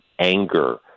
anger